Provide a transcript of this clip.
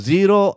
Zero